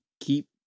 keep